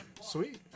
sweet